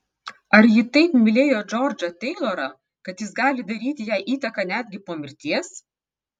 ar ji taip mylėjo džordžą teilorą kad jis gali daryti jai įtaką netgi po mirties